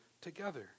together